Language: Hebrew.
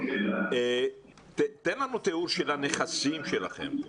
תן לנו תיאור של הנכסים שלכם.